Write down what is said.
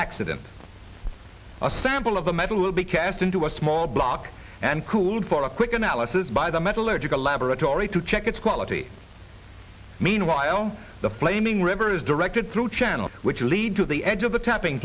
accident a sample of the metal will be cast into a small block and cooled for a quick analysis by the metallurgical laboratory to check its quality meanwhile the flaming river is directed through channels which lead to the edge of the capping